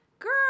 Girl